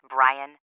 Brian